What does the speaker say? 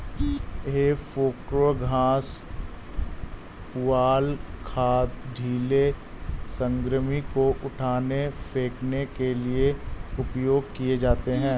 हे फोर्कव घास, पुआल, खाद, ढ़ीले सामग्री को उठाने, फेंकने के लिए उपयोग किए जाते हैं